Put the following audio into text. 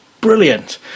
brilliant